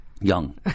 young